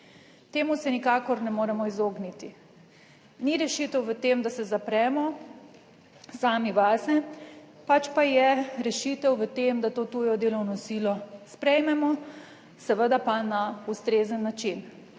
Temu se nikakor ne moremo izogniti. Ni rešitev v tem, da se zapremo sami vase, pač pa je rešitev v tem, da to tujo delovno silo sprejmemo, seveda pa na ustrezen način.